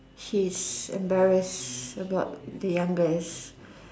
he's embarrass about the youngest